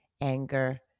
anger